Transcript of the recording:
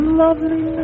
lovely